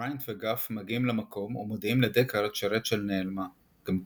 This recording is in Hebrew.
בריאנט וגאף מגיעים למקום ומודיעים לדקארד שרייצ'ל נעלמה גם כן,